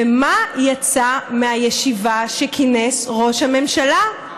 ומה יצא מהישיבה שכינס ראש הממשלה?